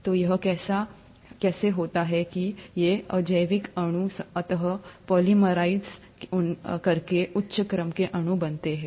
तो यह कैसे होता है कि ये अजैविक अणु अंततः पोलीमराइज़ करके उच्च क्रम के अणु बनाते हैं